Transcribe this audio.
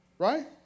Right